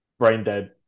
Braindead